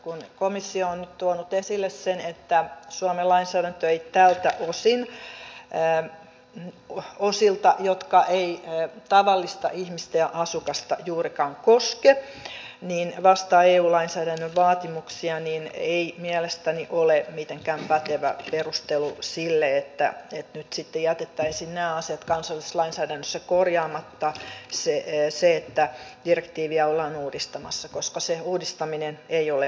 kun komissio on nyt tuonut esille sen että suomen lainsäädäntö ei tältä osin osilta jotka eivät tavallista ihmistä ja asukasta juurikaan koske vastaa eu lainsäädännön vaatimuksia niin se että direktiiviä ollaan uudistamassa ei mielestäni ole mitenkään pätevä perustelu sille että tietyt sittiä pitäisi naiset kansallislainsäädännössä nyt sitten jätettäisiin nämä asiat kansallisessa lainsäädännössä korjaamatta sillä se uudistaminen ei ole nopeaa